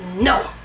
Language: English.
no